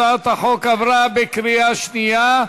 הצעת החוק עברה בקריאה שנייה.